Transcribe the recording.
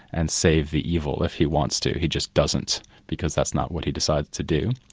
and save the evil if he wants to. he just doesn't, because that's not what he decides to do.